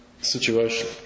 situation